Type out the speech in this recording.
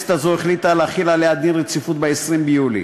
והכנסת הזאת החליטה להחיל עליה דין רציפות ב-20 ביולי.